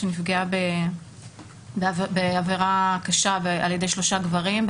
שנפגעה בעבירה קשה על ידי שלושה גברים,